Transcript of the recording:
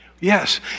Yes